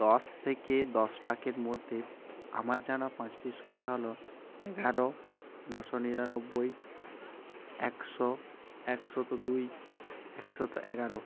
দশ থেকে দশ লাখের মধ্যে আমার জানা পাঁচটি সংখ্যা হলো এগারো নশো নিরানব্বই একশো একশত দুই একশত এগারো